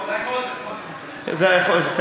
לא, לא לך, סליחה, לחבר כנסת אחר.